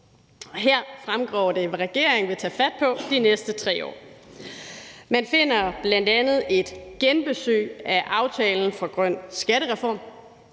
Her fremgår det, hvad regeringen vil tage fat på de næste 3 år. Man finder bl.a. et genbesøg af aftalen om en grøn skattereform,